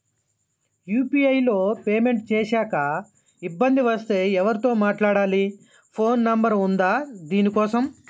UPI లో payment చేశాక ఇబ్బంది వస్తే ఎవరితో మాట్లాడాలి? ఫోన్ నంబర్ ఉందా దీనికోసం?